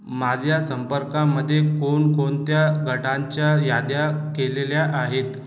माझ्या संपर्कामध्ये कोणकोणत्या गटांच्या याद्या केलेल्या आहेत